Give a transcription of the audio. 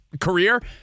career